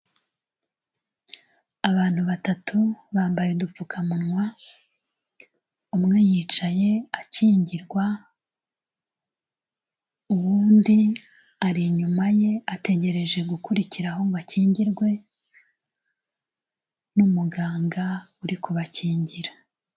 Abantu batatu bambaye udupfukamunwa, umwe yicaye akingirwa uwubundi ari inyuma ye ategereje gukurikiraho ngo akingirwe n'umuganga uri kubakingira.